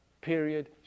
period